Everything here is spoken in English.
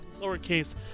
lowercase